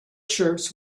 shirts